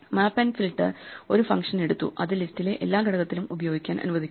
മാപ്പ് filter ഒരു function എടുത്തു അത് ലിസ്റ്റിലെ എല്ലാ ഘടകത്തിലും പ്രയോഗിക്കാൻ അനുവദിക്കുന്നു